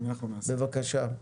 בבקשה.